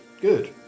good